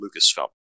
Lucasfilm